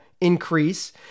increase